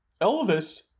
Elvis